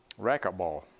racquetball